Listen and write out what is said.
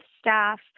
staff